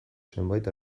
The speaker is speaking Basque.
zenbait